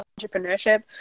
entrepreneurship